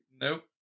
Nope